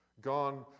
Gone